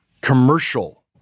commercial